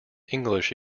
english